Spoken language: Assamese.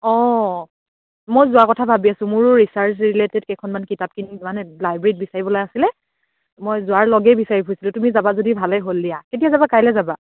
অ' মই যোৱা কথা ভাবি আছোঁ মোৰো ৰিছাৰ্চ ৰিলেটেড কেইখনমান কিতাপ কিনি মানে লাইব্ৰেৰীত বিচাৰিবলৈ আছিলে মই যোৱাৰ লগেই বিচাৰি ফুৰিছিলোঁ তুমি যাবা যদি ভালেই হ'ল দিয়া কেতিয়া যাবা কাইলৈ যাবা